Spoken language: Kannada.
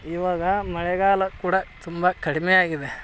ಇವಾಗ ಮಳೆಗಾಲ ಕೂಡ ತುಂಬ ಕಡಿಮೆ ಆಗಿದೆ